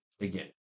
again